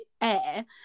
air